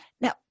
Now